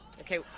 Okay